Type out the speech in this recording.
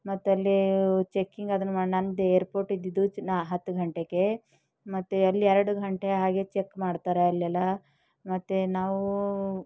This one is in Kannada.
ಮತ್ತಲ್ಲಿ ಚೆಕ್ಕಿಂಗ್ ಅದನ್ನು ಮಾಡಿ ನಂದು ಏರ್ಪೋರ್ಟ್ ಇದ್ದಿದ್ದು ನ ಹತ್ತು ಗಂಟೆಗೆ ಮತ್ತು ಅಲ್ಲಿ ಎರಡು ಗಂಟೆ ಹಾಗೆ ಚೆಕ್ ಮಾಡ್ತಾರೆ ಅಲ್ಲೆಲ್ಲ ಮತ್ತು ನಾವು